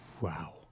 Wow